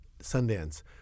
Sundance